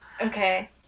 Okay